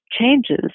changes